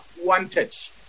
wanted